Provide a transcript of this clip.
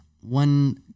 one